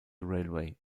railway